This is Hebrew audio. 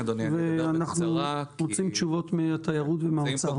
ואנחנו רוצים תשובות ממשרדי התיירות והאוצר.